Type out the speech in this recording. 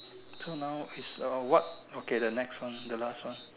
so now is uh what okay the next one the last one